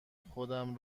خودم